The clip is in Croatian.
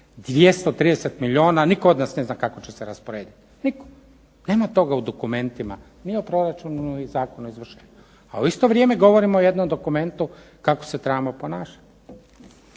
230 milijuna nitko od nas ne zna kako će se rasporediti. Nitko. Nema toga u dokumentima, ni u proračunu ni u Zakonu o izvršenju, a u isto vrijeme govorimo o jednom dokumentu kako se trebamo ponašati.